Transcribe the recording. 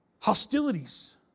Hostilities